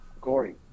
Corey